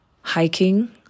hiking